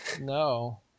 No